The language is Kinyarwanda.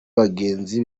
bagenzi